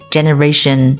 Generation